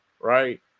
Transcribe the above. right